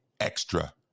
extra